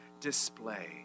display